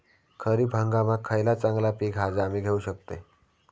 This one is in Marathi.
खरीप हंगामाक खयला चांगला पीक हा जा मी घेऊ शकतय?